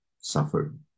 suffered